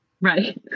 right